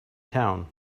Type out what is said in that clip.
town